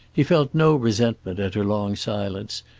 he felt no resentment at her long silence,